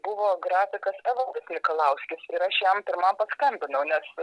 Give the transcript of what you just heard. buvo grafikas evaldas mikalauskis ir aš jam pirmam paskambinau nes